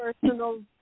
personal